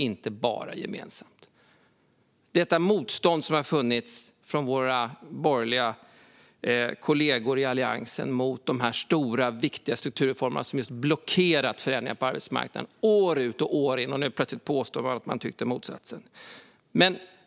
Det har funnits ett motstånd från våra borgerliga kollegor i Alliansen mot de här stora och viktiga strukturreformerna, och det har blockerat förändringar på arbetsmarknaden år ut och år in. Därför är jag väldigt förvånad över att man nu plötsligt påstår att man tyckte motsatsen.